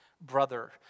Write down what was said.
brother